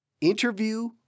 Interview